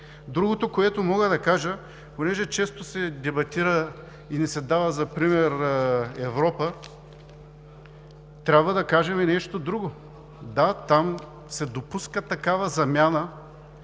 Законопроект. Понеже често се дебатира и ни се дава за пример Европа, трябва да кажем и нещо друго. Да, там се допуска такава замяна,